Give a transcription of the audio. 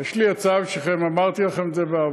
יש לי הצעה בשבילכם, ואמרתי את זה לכם בעבר: